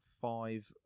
five